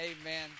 Amen